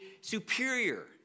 superior